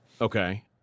Okay